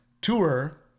tour